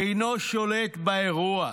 אינו שולט באירוע.